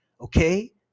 okay